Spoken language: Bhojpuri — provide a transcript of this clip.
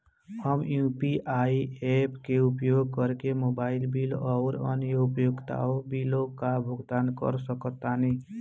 हम यू.पी.आई ऐप्स के उपयोग करके मोबाइल बिल आउर अन्य उपयोगिता बिलों का भुगतान कर सकतानी